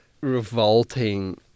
revolting